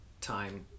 time